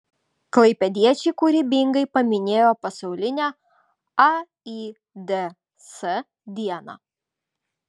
klaipėdiečiai kūrybingai paminėjo pasaulinę aids dieną